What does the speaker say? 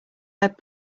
web